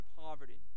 poverty